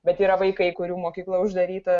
bet yra vaikai kurių mokykla uždaryta